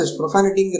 profanity